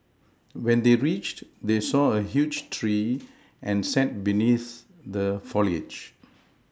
when they reached they saw a huge tree and sat beneath the foliage